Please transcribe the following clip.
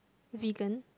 vegan